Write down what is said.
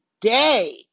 day